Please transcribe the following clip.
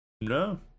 no